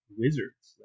wizards